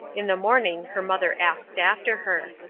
in the morning her mother asked after her